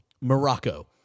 Morocco